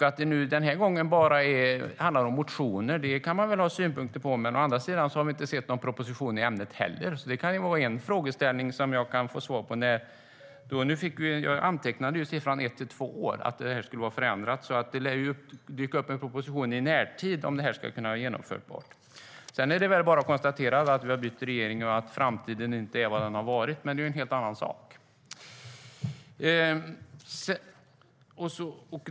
Att det den här gången bara handlar om motioner kan man ha synpunkter på, men å andra sidan har vi inte heller sett någon proposition i ämnet. Det är en fråga som jag skulle kunna få svar på. Nu har jag antecknat tidsperioden ett till två år, så det lär ju dyka upp en proposition i närtid, om detta ska kunna vara genomförbart. Vi har nu bytt regering, och framtiden är inte vad den har varit, men det är ju en helt annan sak.